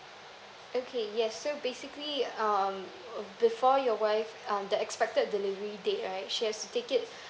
okay yes so basically um before your wife uh the expected delivery date right she has take it